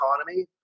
economy